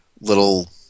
little